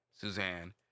suzanne